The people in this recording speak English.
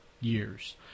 years